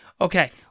okay